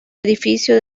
edificio